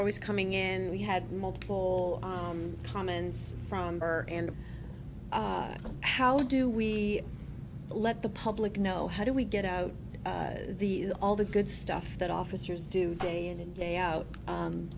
always coming in and we had multiple comments from her and how do we let the public know how do we get out of the all the good stuff that officers do day in and day out